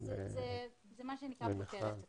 זה מה שנקרא פותר את עצמו.